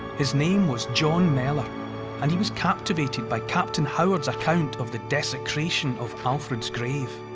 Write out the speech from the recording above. his name was john mellor and he was captivated by captain howard's account of the desecration of alfred's grave.